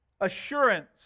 Assurance